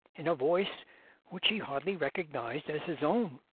in a voice which he hardly recognised as his own.